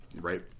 right